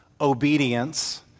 obedience